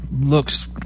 looks